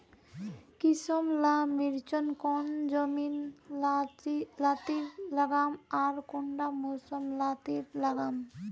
किसम ला मिर्चन कौन जमीन लात्तिर लगाम आर कुंटा मौसम लात्तिर लगाम?